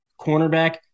cornerback